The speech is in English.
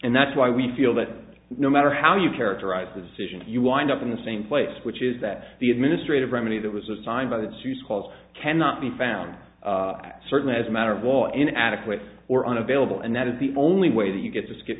and that's why we feel that no matter how you characterize the decision you wind up in the same place which is that the administrative remedy that was assigned by its use calls cannot be found certainly as a matter of all in adequate or unavailable and that is the only way that you get to skip